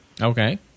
Okay